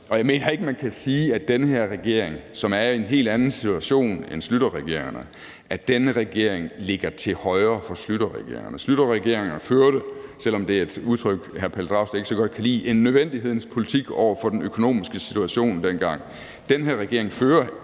og jeg mener ikke, at man kan sige, at den her regering, som er i en helt anden situation end Schlüterregeringerne, ligger til højre for Schlüterregeringerne. Schlüterregeringerne førte, selv om det er et udtryk, hr. Pelle Dragsted ikke så godt kan lide, en nødvendighedens politik over for den økonomiske situation dengang. Den her regering fører